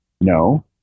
No